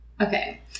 okay